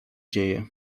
dzieje